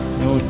no